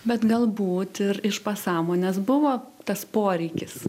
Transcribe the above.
bet galbūt ir iš pasąmonės buvo tas poreikis